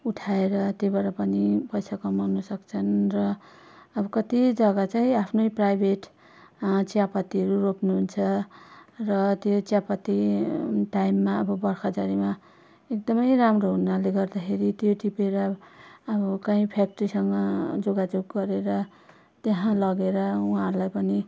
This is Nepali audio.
उठाएर त्योबाट पनि पैसा कमाउन सक्छन् र अब कति जग्गा चाहिँ आफ्नै प्राइभेट चियापत्तीहरू रोप्नुहुन्छ र त्यो चियापत्ती टाइममा अब बर्खाझरीमा एकदमै राम्रो हुनाले गर्दाखेरि त्यो टिपेर अब कहीँ फ्याक्ट्रीसँग जोगाजोग गरेर त्यहाँ लगेर उहाँहरलाई पनि